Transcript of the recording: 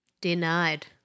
denied